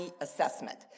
assessment